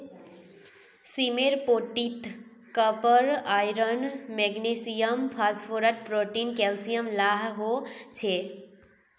सीमेर पोटीत copper, iron, magnesium, phosphorus, protein, calcium ला हो छे